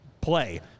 play